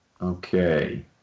Okay